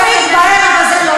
כשאת עומדת כאן?